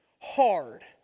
hard